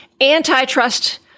antitrust